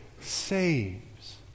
saves